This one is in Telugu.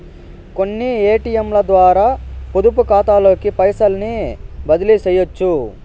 కొన్ని ఏటియంలద్వారా పొదుపుకాతాలోకి పైసల్ని బదిలీసెయ్యొచ్చు